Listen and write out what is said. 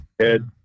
head